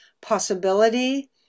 possibility